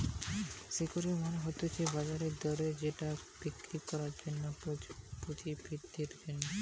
security মানে হতিছে বাজার দরে যেটা বিক্রি করা যায় পুঁজি বৃদ্ধির জন্যে